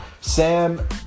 Sam